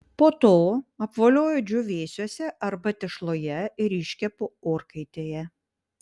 po to apvolioju džiūvėsiuose arba tešloje ir iškepu orkaitėje